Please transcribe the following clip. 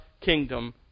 kingdom